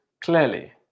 clearly